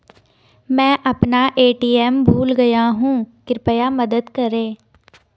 मैं अपना ए.टी.एम भूल गया हूँ, कृपया मदद करें